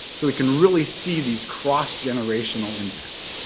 so we can really see these cross generational impacts.